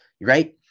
right